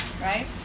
right